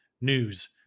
News